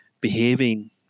behaving